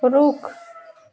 रुख